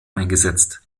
eingesetzt